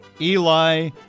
Eli